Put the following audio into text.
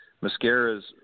Mascara's